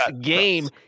game